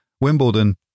Wimbledon